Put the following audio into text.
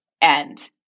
And-